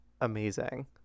amazing